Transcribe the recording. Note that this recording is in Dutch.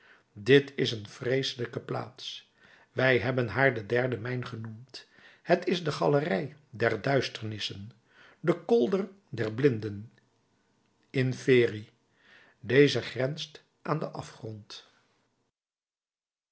dit is een vreeselijke plaats wij hebben haar de derde mijn genoemd het is de galerij der duisternissen de kolder der blinden inferi deze grenst aan den afgrond